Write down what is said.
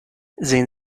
sehen